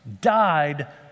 died